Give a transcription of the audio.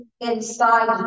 inside